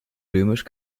römisch